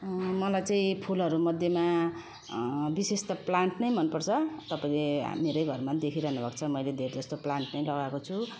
मलाई चाहिँ फुलहरू मध्येमा विशेष त प्लान्ट नै मन पर्छ तपाईँले यहाँ मेरै घरमा देखिरहनु भएको छ मैले धेर जस्तो प्लान्ट नै लगाएको छु